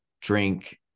drink